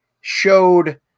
showed